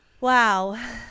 Wow